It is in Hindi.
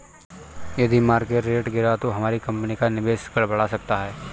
यदि मार्केट रेट गिरा तो हमारी कंपनी का निवेश गड़बड़ा सकता है